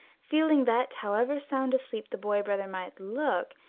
feeling that, however sound asleep the boy-brother might look,